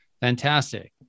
Fantastic